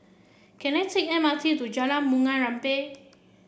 can I take M R T to Jalan Bunga Rampai